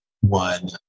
one-